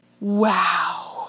wow